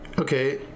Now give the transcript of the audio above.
Okay